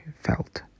felt